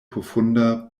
profunda